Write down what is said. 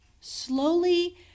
slowly